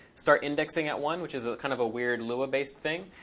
start indexing at one, which is a kind of a weird lua-based thing.